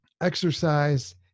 exercise